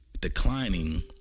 declining